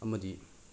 ꯑꯃꯗꯤ